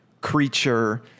Creature